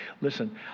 Listen